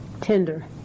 tender